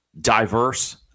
diverse